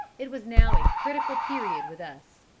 it was now a critical period with us.